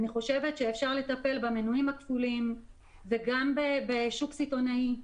אני חושבת שאפשר לטפל במנויים הכפולים וגם בשוק סיטונאי,